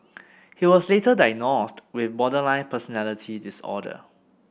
he was later diagnosed with borderline personality disorder